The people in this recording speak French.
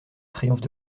triomphe